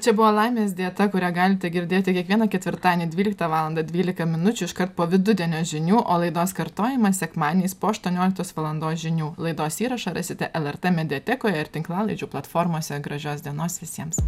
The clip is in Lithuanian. čia buvo laimės dieta kurią galite girdėti kiekvieną ketvirtadienį dvyliktą valandą dvylika minučių iškart po vidudienio žinių o laidos kartojimą sekmadieniais po aštuonioliktos valandos žinių laidos įrašą rasite lrt mediatekoje ir tinklalaidžių platformose gražios dienos visiems